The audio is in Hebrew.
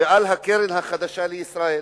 ועל הקרן החדשה לישראל.